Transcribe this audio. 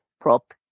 prop